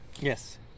Yes